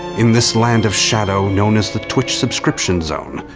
in this land of shadow known as the twitch subscription zone,